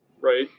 right